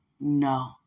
no